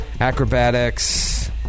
Acrobatics